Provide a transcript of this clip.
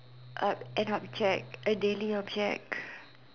uh an object a daily object